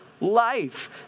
life